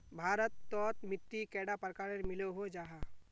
भारत तोत मिट्टी कैडा प्रकारेर मिलोहो जाहा?